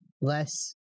less